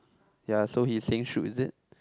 ya so he's saying shoot is it